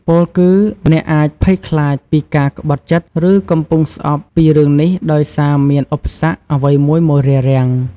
ពោលគឺ អ្នកអាច ភ័យខ្លាចពីការក្បត់ចិត្តឬកំពុងស្អប់ពីរឿងនេះដោយសារមានឧបសគ្គ អ្វីមួយមករារាំង។